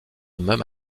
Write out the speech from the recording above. même